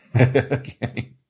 okay